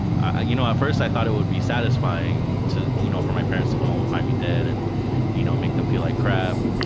ah you know at first i thought it would be satisfying you know for my parents to come home and find me dead, and you know make them feel like crap,